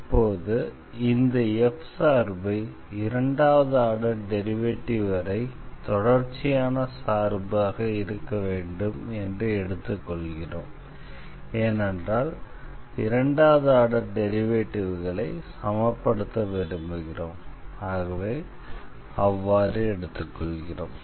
இப்போது இந்த f சார்பு இரண்டாவது ஆர்டர் டெரிவேட்டிவ் வரை தொடர்ச்சியான சார்பு இருக்க வேண்டும் என்று எடுத்துக்கொள்கிறோம் ஏனென்றால் இரண்டாவது ஆர்டர் டெரிவேட்டிவ்களை சமப்படுத்த விரும்புகிறோம் ஆகவே அவ்வாறு எடுத்துக்கொள்கிறோம்